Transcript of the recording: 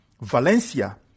Valencia